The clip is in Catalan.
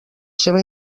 seva